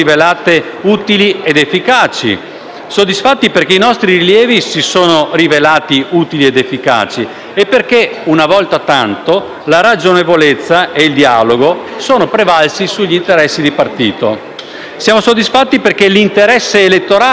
efficaci, perché altrettanto utili ed efficaci sono stati i nostri rilevi e perché, una volta tanto, la ragionevolezza e il dialogo sono prevalsi sugli interessi di partito. Siamo soddisfatti perché l'interesse elettorale di parte è stato subordinato a